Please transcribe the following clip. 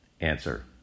Answer